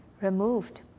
removed